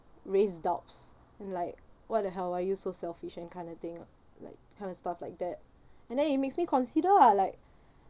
raised doubts and like what the hell why you so selfish and kind of thing lah like kind of stuff like that and then it makes me consider ah like